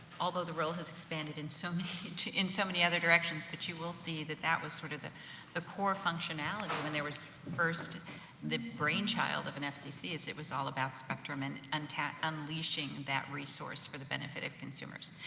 although the role has expanded in so many in so many other directions, but you will see, that that was sort of the the core functionality, when there was first the brainchild of an fcc, as it was all about spectrum and unta unleashing that resource for the benefit of consumers.